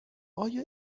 آیا